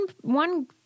one